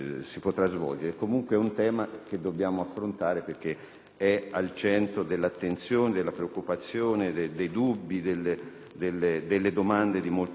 è al centro dell'attenzione, delle preoccupazioni, dei dubbi, delle domande di molti cittadini italiani. Infine, ringrazio il senatore